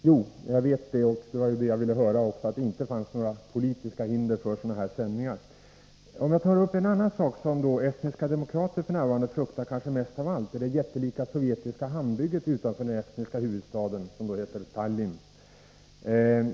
Herr talman! Jag vet det, och jag ville få bekräftat att det inte fanns några politiska hinder för sådana här sändningar. Men låt mig ta upp en annan sak: Bland det som estniska demokrater f. n. fruktar mest av allt är det jättelika sovjetiska hamnbygget utanför den estniska huvudstaden Tallinn.